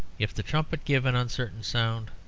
if the trumpet give an uncertain sound,